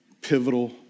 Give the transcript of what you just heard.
pivotal